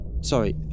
Sorry